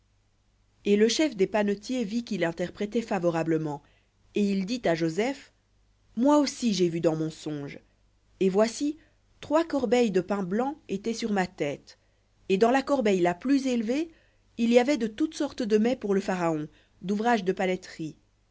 et le chef des panetiers vit qu'il interprétait favorablement et il dit à joseph moi aussi dans mon songe et voici trois corbeilles de pain blanc étaient sur ma tête et dans la corbeille la plus élevée il y avait de toutes sortes de mets pour le pharaon d'ouvrage de paneterie